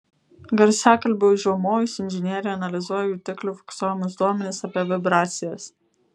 garsiakalbiui užriaumojus inžinieriai analizuoja jutiklių fiksuojamus duomenis apie vibracijas